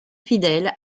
fidèle